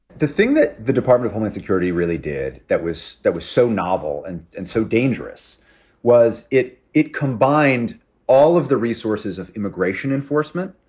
the thing that the department of homeland security really did that was that was so novel and and so dangerous was it it combined all of the resources of immigration enforcement,